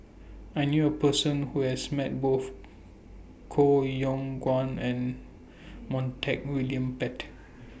I knew A Person Who has Met Both Koh Yong Guan and Montague William Pett